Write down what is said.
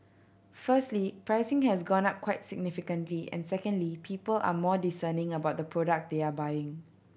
firstly pricing has gone up quite significantly and secondly people are more discerning about the product they are buying